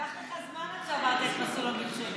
לקח לך זמן עד שעברת את מסלול המכשולים.